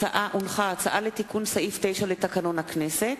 הצעת ועדת הכנסת לתיקון סעיף 9 לתקנון הכנסת.